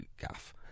gaff